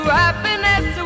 happiness